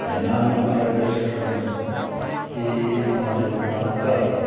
त्यांना मार्गदर्शन करणं हे समाजाचं कामच आहे